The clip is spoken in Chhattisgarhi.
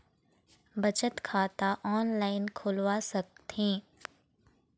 बचत खाता ऑनलाइन खोलवा सकथें?